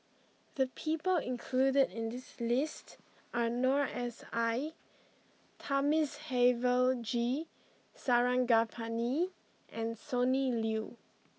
the people includ in this list are Noor S I Thamizhavel G Sarangapani and Sonny Liew